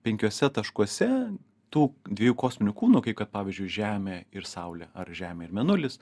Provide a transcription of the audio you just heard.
penkiuose taškuose tų dviejų kosminių kūnų kaip kad pavyzdžiui žemė ir saulė ar žemė ir mėnulis